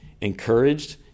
encouraged